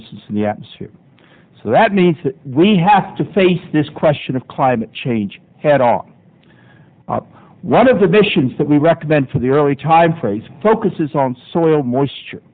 instance in the atmosphere so that means that we have to face this question of climate change head on one of the missions that we recommend for the early time phrase focuses on soil moisture